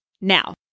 Now